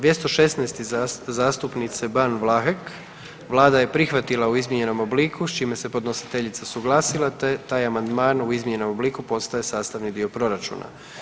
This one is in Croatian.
216. zastupnice Ban Vlahek, vlada je prihvatila u izmijenjenom obliku s čime se podnositeljica suglasila te taj amandman u izmijenjenom obliku postaje sastavni dio proračuna.